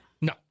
No